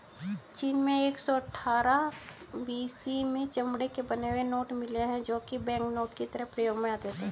चीन में एक सौ अठ्ठारह बी.सी में चमड़े के बने हुए नोट मिले है जो की बैंकनोट की तरह प्रयोग में आते थे